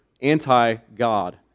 anti-God